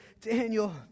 Daniel